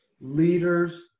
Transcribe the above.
Leaders